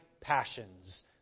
passions